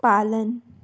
पालन